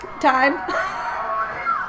Time